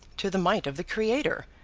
to the might of the creator,